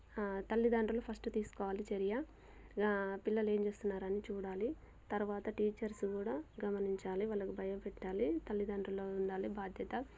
తల్లిదండ్రులు ఫస్ట్ తీసుకోవాలి చర్య పిల్లలేం చేస్తున్నారని చూడాలి తర్వాత టీచర్స్ కూడా గమనించాలి వాళ్ళకు భయపెట్టాలి తల్లిదండ్రులో ఉండాలి బాధ్యత